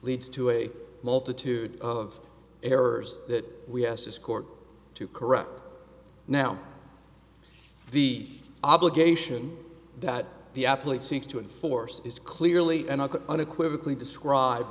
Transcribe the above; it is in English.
leads to a multitude of errors that we ask this court to correct now the obligation that the applet seeks to enforce is clearly and unequivocally described